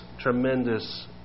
tremendous